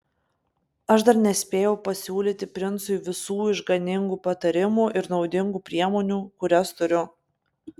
aš dar nespėjau pasiūlyti princui visų išganingų patarimų ir naudingų priemonių kurias turiu